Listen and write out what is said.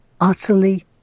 utterly